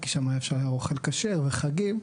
כי שם היה אוכל כשר וחגים.